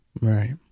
Right